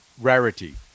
rarity